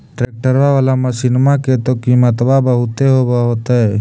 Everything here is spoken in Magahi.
ट्रैक्टरबा बाला मसिन्मा के तो किमत्बा बहुते होब होतै?